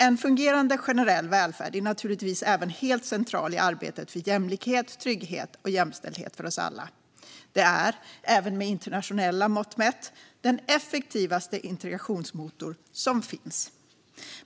En fungerande generell välfärd är helt central även i arbetet för jämlikhet, trygghet och jämställdhet för oss alla. Det är, även med internationella mått, den effektivaste integrationsmotor som finns.